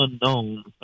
unknown